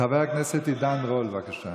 חבר הכנסת עידן רול, בבקשה.